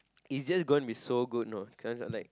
it's just going to be so good you know cause like